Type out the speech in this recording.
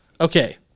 Okay